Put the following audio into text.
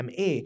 MA